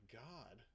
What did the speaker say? god